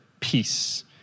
peace